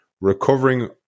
recovering